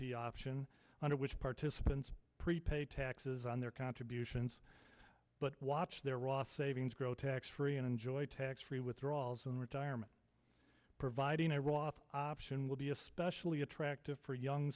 broad option under which participants prepay taxes on their contributions but watch their raw savings grow tax free enjoy tax free withdrawals in retirement providing iraq option will be especially attractive for young